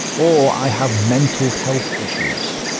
or i have mental health issues.